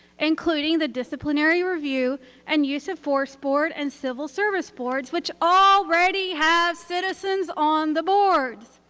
including the disciplinary review and use of force board and civil service boards, which already have citizens on the boards.